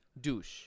Douche